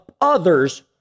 others